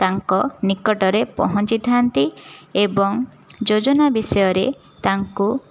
ତାଙ୍କ ନିକଟରେ ପହଞ୍ଚିଥାନ୍ତି ଏବଂ ଯୋଜନା ବିଷୟରେ ତାଙ୍କୁ ପ୍ରତ୍ୟେକ ପ୍ରକାରର ସୂଚନା ଦେଇଥାନ୍ତି ଏବଂ ଏହି ମାଧ୍ୟମରେ ତାଙ୍କର ବାକି ଜୀବନ ପାଇଁ ସେ କିଛି